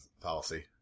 policy